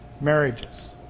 marriages